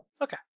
Okay